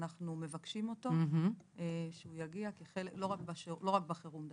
אנחנו מבקשים שהוא יגיע לא רק בחירום.